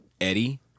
Eddie